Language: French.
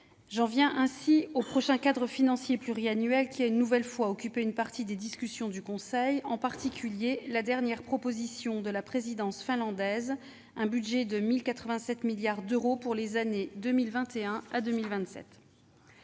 J'en viens ainsi au prochain cadre financier pluriannuel, qui a une nouvelle fois occupé une partie des discussions du Conseil, en particulier la dernière proposition de la présidence finlandaise d'un budget s'établissant à 1 087 milliards d'euros pour les années 2021 à 2027.